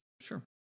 Sure